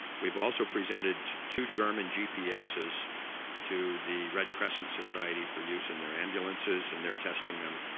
we've also presented two garmin gpses to the red crescent society for use in their ambulances and they're testing them,